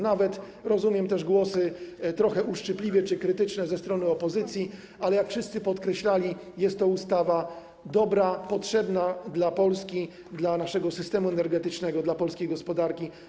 Nawet rozumiem też głosy trochę uszczypliwe czy krytyczne ze strony opozycji, ale jak wszyscy podkreślali, jest to ustawa dobra, potrzebna dla Polski, dla naszego systemu energetycznego, dla polskiej gospodarki.